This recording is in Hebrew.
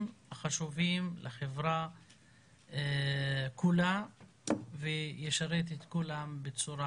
החשובים לחברה כולה וישרת את כולם בצורה,